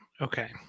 okay